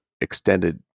extended